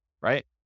Right